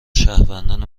شهروندان